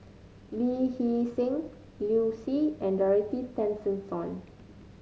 Lee Hee Seng Liu Si and Dorothy Tessensohn